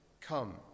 come